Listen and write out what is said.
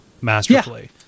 masterfully